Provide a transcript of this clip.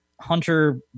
hunter